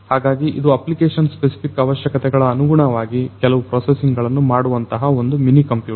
ಹಾಗಾಗಿ ಇದು application specific ಅವಶ್ಯಕತೆಗಳ ಅನುಗುಣವಾಗಿ ಕೆಲವು ಪ್ರೊಸೆಸಿಂಗ್ ಗಳನ್ನು ಮಾಡುವಂತಹ ಒಂದು ಮಿನಿ ಕಂಪ್ಯೂಟರ್